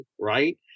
right